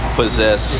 possess